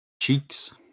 cheeks